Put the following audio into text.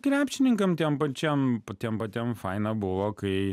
krepšininkam tiem pačiem tiem patiem faina buvo kai